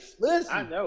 Listen